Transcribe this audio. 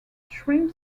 shrimp